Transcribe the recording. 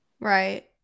Right